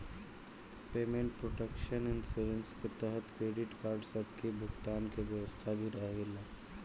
payment protection insurance के तहत credit card सब के भुगतान के व्यवस्था भी रहेला